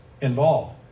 involved